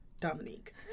Dominique